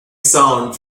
sound